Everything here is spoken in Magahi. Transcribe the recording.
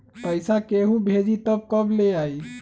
पैसा केहु भेजी त कब ले आई?